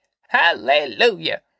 Hallelujah